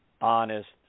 honest